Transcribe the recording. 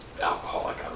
Alcoholic